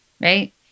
Right